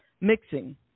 mixing